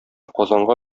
казанга